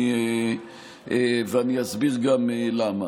ואני אסביר גם למה.